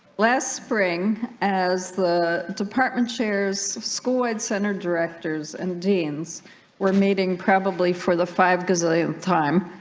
last spring as the department chairs of scoid center directors and deans we're meeting probably for the five gazillion time